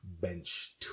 Bench